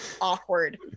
awkward